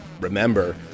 remember